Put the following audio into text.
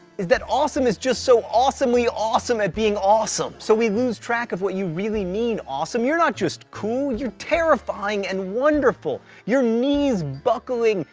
is that awesome is just so awesomely awesome at being awesome. so we lose track of what you really mean, awesome you're not just cool, you're terrifying and wonderful. you're knees-buckling,